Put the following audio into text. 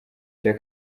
cya